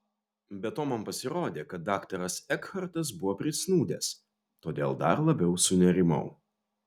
be to man pasirodė kad daktaras ekhartas buvo prisnūdęs todėl dar labiau sunerimau